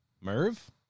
Merv